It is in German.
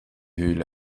höhle